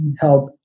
help